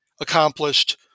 accomplished